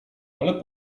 ale